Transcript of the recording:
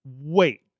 Wait